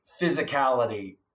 physicality